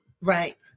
Right